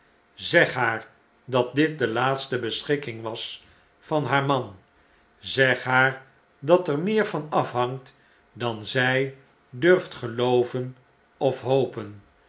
zeg haar dat dit de laatste beschikking was van haar man zeg haar dat er meer van afhangt dan zn durft gelooven of hopen